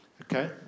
Okay